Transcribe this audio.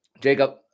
Jacob